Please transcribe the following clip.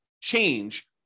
change